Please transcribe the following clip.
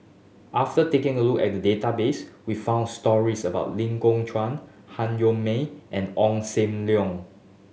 after taking a look at the database we found stories about Ling Chuan Han Yong May and Ong Sam Leong